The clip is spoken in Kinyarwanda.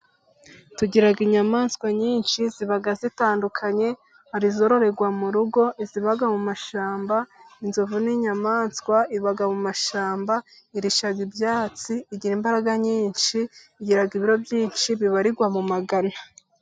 Tugira inyamaswa nyinshi ziba zitandukanye, hari izororerwa mu rugo, iziba mu mashyamba. Inzovu ni inyamaswa iba mu mashyamba irisha ibyatsi, igira imbaraga nyinshi ,igira ibiro byinshi bibarirwa mu magana.